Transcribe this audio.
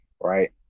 right